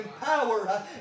power